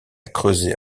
creusée